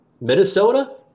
Minnesota